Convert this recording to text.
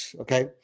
okay